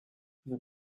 vous